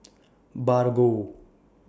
Bargo